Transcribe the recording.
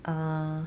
啊